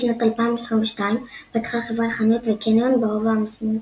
בשנת 2022 פתחה החברה חנות וקניון ברובע המרסמית'